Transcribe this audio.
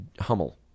Hummel